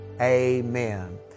amen